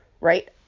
Right